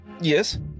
Yes